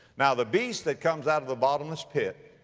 now the beast that comes out of the bottomless pit